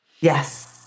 Yes